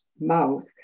mouth